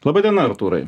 laba diena artūrai